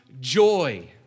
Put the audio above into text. joy